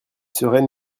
sereine